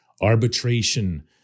arbitration